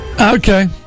Okay